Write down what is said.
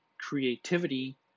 creativity